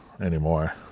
anymore